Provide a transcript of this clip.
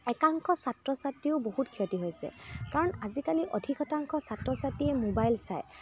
একাংশ ছাত্ৰ ছাত্ৰীও বহুত ক্ষতি হৈছে কাৰণ আজিকালি অধিক শতাংশ ছাত্ৰ ছাত্ৰীয়ে মোবাইল চায়